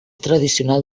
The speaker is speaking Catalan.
tradicional